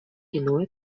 иную